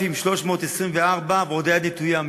4,324, ועוד היד נטויה.